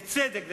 בצדק,